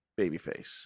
Babyface